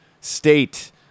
state